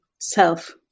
self